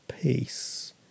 peace